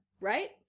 right